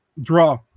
draw